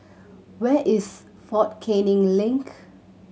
where is Fort Canning Link